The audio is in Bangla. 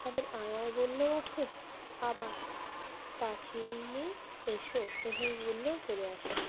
তাদের আয় আয় বললেও আসে আবার পাখি এসো এভাবে বললেও চলে আসে